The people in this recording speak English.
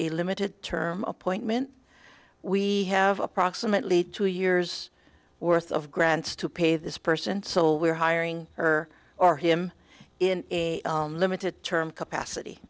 a limited term appointment we have approximately two years worth of grants to pay this person so we're hiring her or him in a limited term capacity